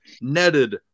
netted